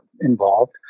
involved